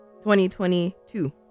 2022